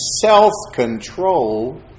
self-control